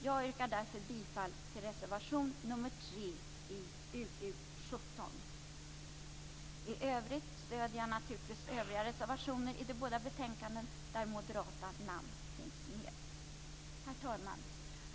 Jag yrkar därför bifall till reservation nr 3 i UU17. Jag stöder naturligtvis övriga reservationer i de båda betänkandena där moderata namn finns med. Herr talman!